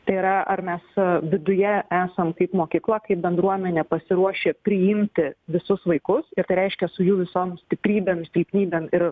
tai yra ar mes viduje esam kaip mokykla kaip bendruomenė pasiruošę priimti visus vaikus ir tai reiškia su jų visom stiprybėm silpnybėm ir